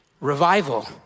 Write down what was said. Revival